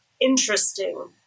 interesting